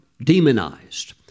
demonized